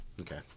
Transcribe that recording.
Okay